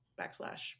backslash